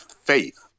faith